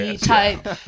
type